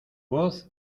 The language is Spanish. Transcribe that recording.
voz